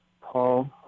Paul